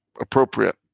appropriate